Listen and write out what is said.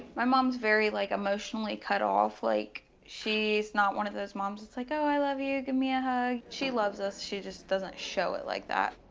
my mom's very, like, emotionally cut off. like, she's not one of those moms that's like, oh, i love you. give me a hug. she loves us she just doesn't show it like that.